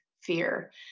fear